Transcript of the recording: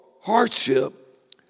hardship